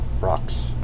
rocks